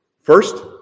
First